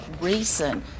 reason